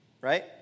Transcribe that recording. right